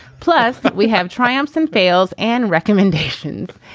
plus, but we have triumph's and fails and recommendations.